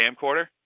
camcorder